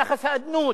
יחס האדנות,